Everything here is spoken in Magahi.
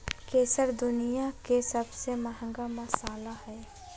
केसर दुनिया के सबसे महंगा मसाला हइ